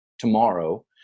Tomorrow